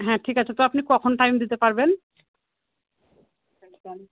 হ্যাঁ ঠিক আছে তো আপনি কখন টাইম দিতে পারবেন